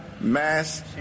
mass